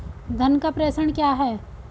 धन का प्रेषण क्या है?